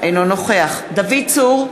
אינו נוכח דוד צור,